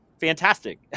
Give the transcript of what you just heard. fantastic